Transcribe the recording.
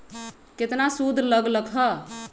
केतना सूद लग लक ह?